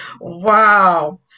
Wow